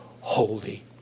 holy